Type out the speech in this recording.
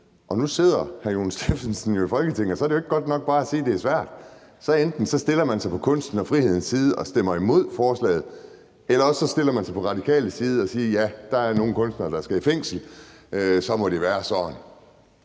og nu sidder hr. Jon Stephensen jo i Folketinget, og så er det jo ikke godt nok bare at sige, at det er svært. For enten stiller man sig på kunsten og frihedens side og stemmer imod forslaget, eller også stiller man sig på Radikales side og siger, at ja, der er nogle kunstnere, der skal i fængsel, og at det så må være sådan.